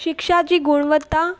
शिक्षा जी गुणवत्ता